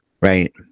Right